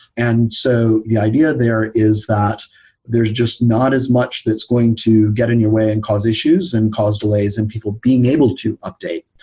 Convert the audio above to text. and so the idea there is that there's just not as much that's going to get in your way and cause issues and cause delays and people being able to update,